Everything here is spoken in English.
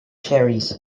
cherries